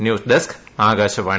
news desk Akashvani